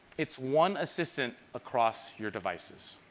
it's one assistant across your devices.